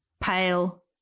Pale